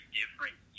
different